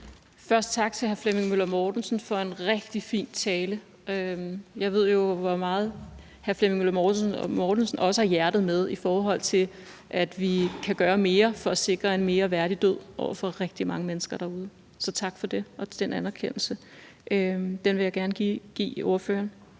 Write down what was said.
Først tak til hr. Flemming Møller Mortensen for en rigtig fin tale. Jeg ved jo, hvor meget hr. Flemming Møller Mortensen har hjertet med, i forhold til at vi kan gøre mere for at sikre en mere værdig død for rigtig mange mennesker derude. Så tak for det. Den anerkendelse vil jeg gerne give ordføreren.